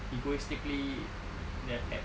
egoistically that eh